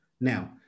Now